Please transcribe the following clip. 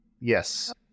Yes